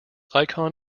icon